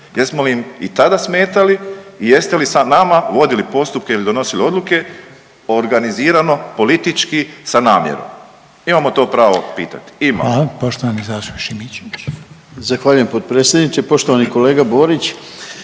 Jesmo li im i tada smetali i jeste li sa nama vodili postupke ili donosili odluke organizirani, politički, sa namjerom. Imamo to pravo pitati, imamo. **Reiner, Željko (HDZ)** Poštovani zastupnik